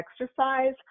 exercise